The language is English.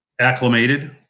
acclimated